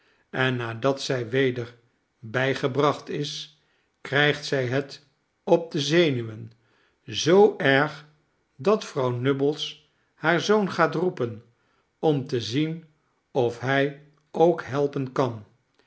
en nadat zij weer bijgebracht is krijgt zij het op de zenuwen zoo erg dat vrouw nubbles haar zoon gaat roepen om te zien of hij ook helpen kan